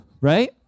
right